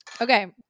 Okay